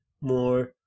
more